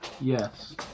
Yes